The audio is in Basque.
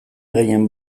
gehien